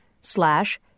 slash